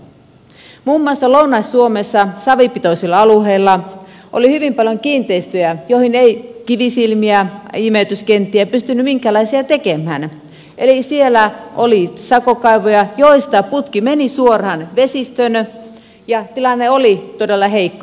muun muassa lounais suomessa savipitoisilla alueilla oli hyvin paljon kiinteistöjä joihin ei minkäänlaisia kivisilmiä imeytyskenttiä pystynyt tekemään eli siellä oli sakokaivoja joista putki meni suoraan vesistöön ja tilanne oli todella heikko